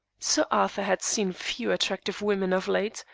sir arthur had seen few attractive women of late,